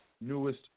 newest